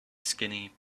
skinny